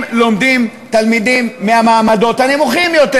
לומדים תלמידים מהמעמדות הנמוכים יותר.